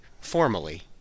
formally